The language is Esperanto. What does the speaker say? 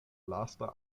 lasta